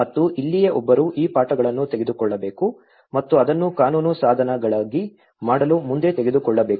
ಮತ್ತು ಇಲ್ಲಿಯೇ ಒಬ್ಬರು ಈ ಪಾಠಗಳನ್ನು ತೆಗೆದುಕೊಳ್ಳಬೇಕು ಮತ್ತು ಅದನ್ನು ಕಾನೂನು ಸಾಧನಗಳಾಗಿ ಮಾಡಲು ಮುಂದೆ ತೆಗೆದುಕೊಳ್ಳಬೇಕು